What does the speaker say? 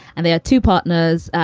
and they are two partners.